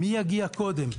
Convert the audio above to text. מי יגיע קודם?